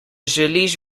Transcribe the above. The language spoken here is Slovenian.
želiš